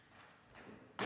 Tak